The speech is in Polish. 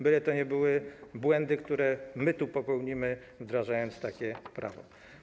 Byle to nie były błędy, które my tu popełnimy, wdrażając takie prawo.